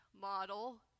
model